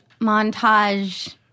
montage